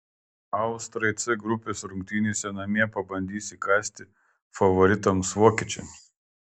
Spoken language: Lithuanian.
austrai c grupės rungtynėse namie pabandys įkąsti favoritams vokiečiams